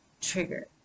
trigger